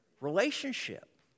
Relationship